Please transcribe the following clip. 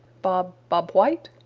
bob bob white!